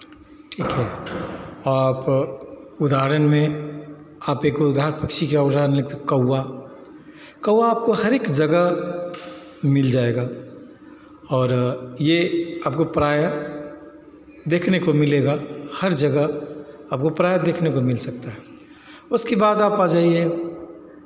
ठीक है आप उदाहरण में आप एक उदा किसी का कौवा कौवा आपको हरेक जगह मिल जाएगा और ये आपको प्रायः देखने को मिलेगा हर जगह आपको प्रायः देखने को मिल सकता है उसके बाद आप आ जाइये